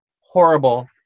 horrible